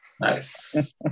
Nice